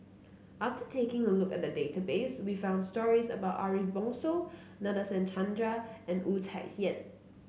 after taking a look at the database we found stories about Ariff Bongso Nadasen Chandra and Wu Tsai Yen